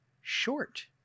short